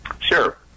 sure